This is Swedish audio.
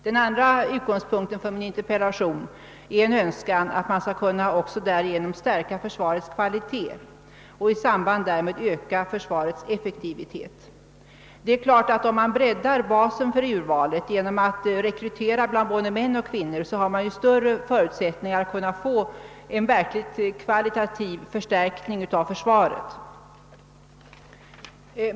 Den andra utgångspunkten för min interpellation är en önskan att höja försvarets kvalitet och i samband därmed öka dess effektivitet. Om man breddar basen för urvalet genom att rekrytera bland både män och kvinnor har man naturligtvis större förutsättningar att få en kvalitativ förstärkning av försvaret.